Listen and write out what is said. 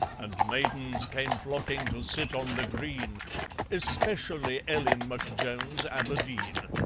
and maidens came flocking to sit on the green especially ellen mcjones aberdeen.